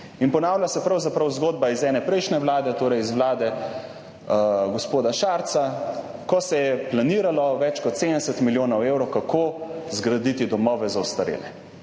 Ponavlja se pravzaprav zgodba iz ene prejšnje vlade, torej iz vlade gospoda Šarca, ko se je planiralo – več kot 70 milijonov evrov – kako zgraditi domove za ostarele.